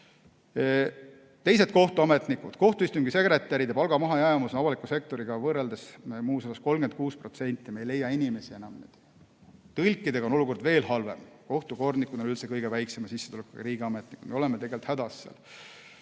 teised kohtuametnikud. Kohtuistungi sekretäride palga mahajäämus on avaliku sektoriga võrreldes muuseas 36%, me ei leia inimesi. Tõlkidega on olukord veel halvem, kohtukordnikud on üldse kõige väiksema sissetulekuga riigiametnikud. Me oleme tegelikult hädas.